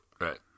Right